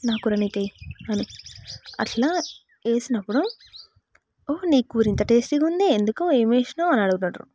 నా కూర నీకు వెయ్యి అని అట్లా వేసినప్పుడు ఓ నీ కూర ఇంత టేస్టీగా ఉంది ఎందుకు ఏమి వేసినావు అని అడుగుతారు